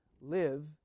live